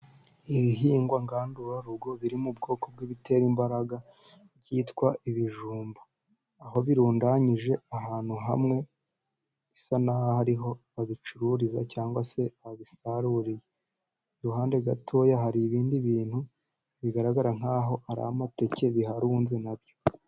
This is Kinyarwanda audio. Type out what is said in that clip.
Ibihingwa ngandurarugo birimo ubwoko bw'ibitera imbaraga byitwa ibijumba. Aho birundanyije ahantu hamwe, bisa n'aho ari aho babicururiza cyangwa se babisarurye. Iruhande gatoya hari ibindi bintu bigaragara nk'aho ari amateke biharunze na byo.